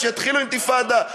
שיתחילו אינתיפאדה,